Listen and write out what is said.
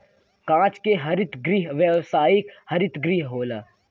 कांच के हरित गृह व्यावसायिक हरित गृह होला